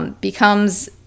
becomes